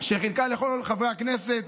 שחילקה לכל חברי הכנסת.